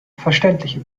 verständliche